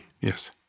Yes